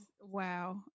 wow